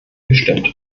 gestimmt